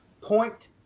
Point